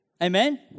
Amen